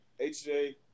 HJ